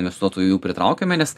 investuotojų jų pritraukiame nes